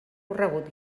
corregut